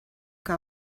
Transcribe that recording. que